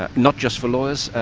ah not just for lawyers,